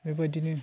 बेबायदिनो